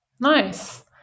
Nice